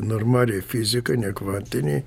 normaliai fizikai ne kvantinei